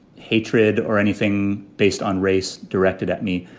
hatred or anything based on race directed at me.